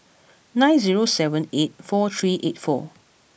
nine zero seven eight four three eight four